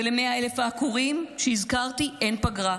ול-100,000 העקורים שהזכרתי אין פגרה.